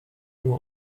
nur